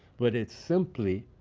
but it's simply